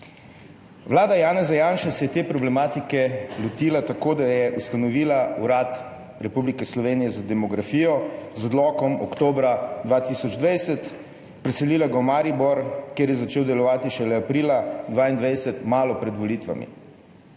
Vlada Janeza Janše se je te problematike lotila tako, da je ustanovila Urad Republike Slovenije za demografijo, z odlokom oktobra 2020, preselila ga je v Maribor, kjer je začel delovati šele aprila 2022, malo pred volitvami.